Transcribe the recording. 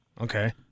Okay